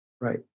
Right